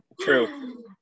true